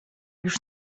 już